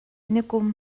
nikum